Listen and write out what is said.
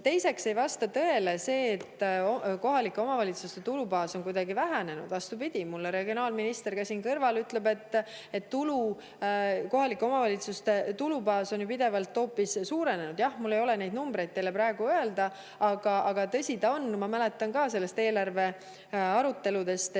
Teiseks ei vasta tõele see, nagu kohalike omavalitsuste tulubaas oleks kuidagi vähenenud. Vastupidi, ka regionaalminister siin kõrval ütleb, et kohalike omavalitsuste tulubaas on pidevalt hoopis suurenenud. Jah, mul ei ole neid numbreid teile praegu öelda, aga tõsi ta on, ma mäletan seda ka eelarve aruteludest,